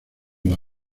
las